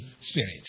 spirit